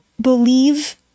believe